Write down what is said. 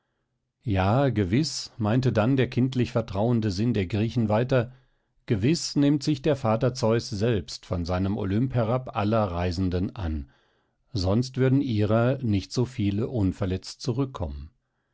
ja gewiß meinte dann der kindlich vertrauende sinn der griechen weiter gewiß nimmt sich der vater zeus selbst von seinem olymp herab aller reisenden an sonst würden ihrer nicht so viele unverletzt zurückkommen